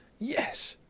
yes.